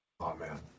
Amen